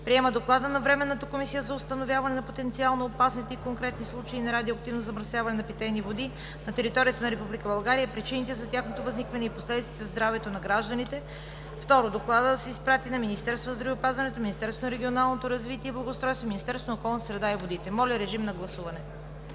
Приема Доклада на Временната комисия за установяване на потенциално опасните и конкретни случаи на радиоактивно замърсяване на питейни води на територията на Република България, причините за тяхното възникване и последиците за здравето на гражданите. 2. Докладът да се изпрати на Министерството на здравеопазването, Министерството на регионалното развитие и благоустройството и Министерството на околната среда и водите.“ Моля, гласувайте.